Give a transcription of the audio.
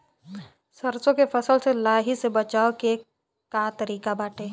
सरसो के फसल से लाही से बचाव के का तरीका बाटे?